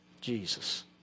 Jesus